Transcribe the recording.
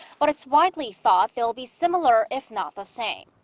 but it's widely thought they'll be similar. if not the same.